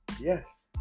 Yes